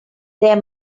there